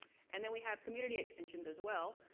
and then we have community extensions as well.